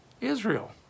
Israel